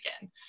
again